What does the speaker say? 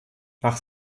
nach